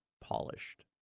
polished